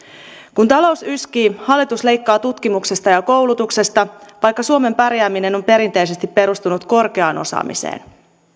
kun talous yskii hallitus leikkaa tutkimuksesta ja koulutuksesta vaikka suomen pärjääminen on perinteisesti perustunut korkeaan osaamiseen